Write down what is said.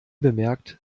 bemerkt